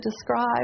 describe